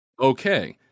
Okay